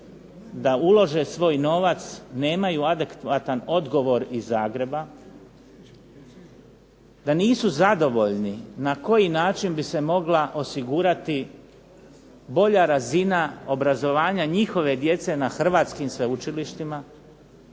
da ulože svoj novac nemaju adekvatan odgovor iz Zagreba, da nisu zadovoljni na koji način bi se mogla osigurati bolja razina obrazovanja njihove djece na hrvatskim sveučilištima,